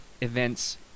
events